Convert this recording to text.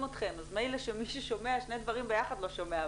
אתכם' אז מילא שמי ששומע שני דברים ביחד לא שומע,